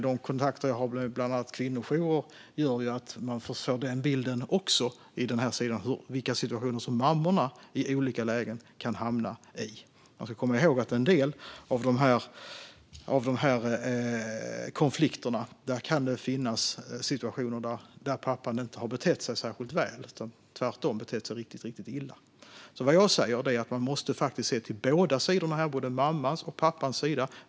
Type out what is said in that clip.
De kontakter som jag har med bland annat kvinnojourer gör att jag får den bilden också när det gäller vilken situation som mammorna i olika lägen kan hamna i. Man ska komma ihåg att det i en del av dessa konflikter kan finnas situationer där pappan inte har betett sig särskilt väl utan tvärtom har betett sig riktigt illa. Vad jag säger är alltså att man faktiskt måste se till båda sidorna, både mammans och pappans sida.